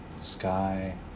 sky